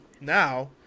now